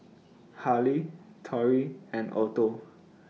Harley Tory and Otho